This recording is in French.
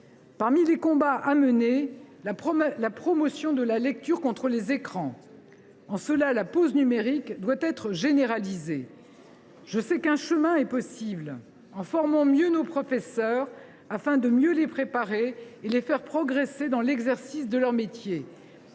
Parmi les combats à mener, je veux citer la promotion de la lecture, en lieu et place des écrans : la pause numérique doit être généralisée. « Je sais qu’un chemin est possible, en formant mieux nos professeurs, afin de mieux les préparer et de les faire progresser dans l’exercice de leur métier.